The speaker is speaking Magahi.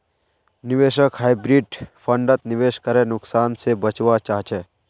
निवेशक हाइब्रिड फण्डत निवेश करे नुकसान से बचवा चाहछे